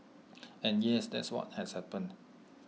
and yes that's what has happened